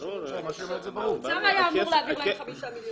האוצר היה אמור להעביר להם חמישה מיליון.